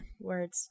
words